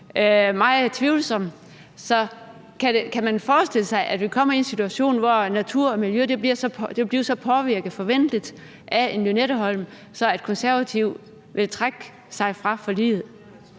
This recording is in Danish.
meget tvivlsom, så kan man forestille sig, at vi kommer i en situation, hvor natur og miljø vil blive så påvirket, forventeligt, af en Lynetteholm, at Konservative vil trække sig fra forliget?